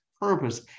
purpose